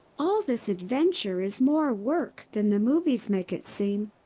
all this adventure is more work than the movies make it seem.